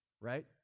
right